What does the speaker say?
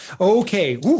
Okay